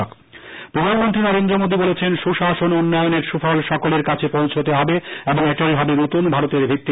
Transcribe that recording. মন কি বাত প্রধানমন্ত্রী নরেন্দ্র মোদী বলেছেন সুশাসন ও উন্নয়নের সুফল সকলের কাছে পৌঁছোতে হবে এবং এটাই হবে নুতন ভারতের ভিত্তি